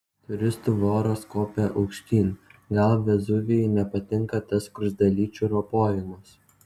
turistų voros kopia aukštyn gal vezuvijui nepatinka tas skruzdėlyčių ropojimas